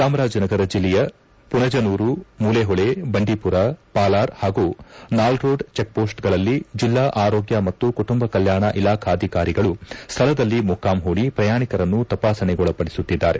ಚಾಮರಾಜನಗರ ಜಿಲ್ಲೆಯ ಮಣಜನೂರು ಮೂಲೆಹೊಳೆ ಬಂಡೀಮರ ಪಾಲಾರ್ ಪಾಗೂ ನಾಲ್ರೋಡ್ ಚಿಕ್ಮೋಸ್ಟ್ಗಳಲ್ಲಿ ಜಿಲ್ಲಾ ಆರೋಗ್ತ ಮತ್ತು ಕುಟುಂಬ ಕಲ್ಲಾಣ ಇಲಾಖಾಧಿಕಾರಿಗಳು ಸ್ವಳದಲ್ಲಿ ಮೊಕ್ಕಾಂ ಹೂಡಿ ಪ್ರಯಾಣಿಕರನ್ನು ತಪಾಸಣೆಗೊಳಪಡಿಸುತ್ತಿದ್ದಾರೆ